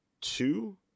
two